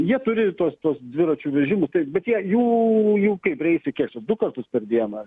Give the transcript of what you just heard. jie turi tuos tuos dviračių vežimus taip bet jie jų jų kaip reisai kiek du kartus per dieną